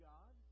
God